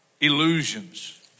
illusions